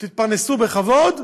תתפרנסו בכבוד,